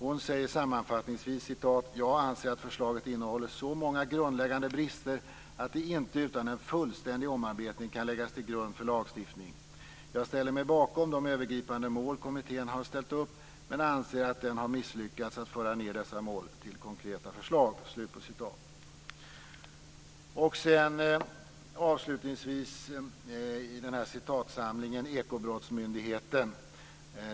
Hon säger sammanfattningsvis: "Jag anser att förslaget innehåller så många grundläggande brister att det inte utan en fullständig omarbetning kan läggas till grund för lagstiftning. Jag ställer mig bakom de övergripande mål kommittén har ställt upp men anser att den har misslyckats att föra ner dessa mål till konkreta förslag." Avslutningsvis i citatsamlingen kommer jag till Ekobrottsmyndigheten.